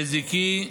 נזיקי,